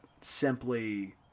simply